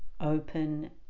open